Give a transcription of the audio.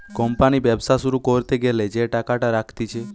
company ব্যবসা শুরু করতে গ্যালা যে টাকাটা রাখতিছে